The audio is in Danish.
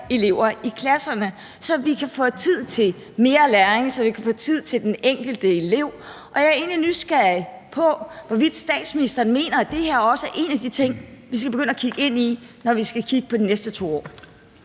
elever i klasserne, så man kan få tid til mere læring, så man kan få tid til den enkelte elev. Jeg er egentlig nysgerrig på, hvorvidt statsministeren mener, at det her også er en af de ting, vi skal begynde at kigge på, når vi skal se på de næste 2 år.